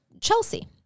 chelsea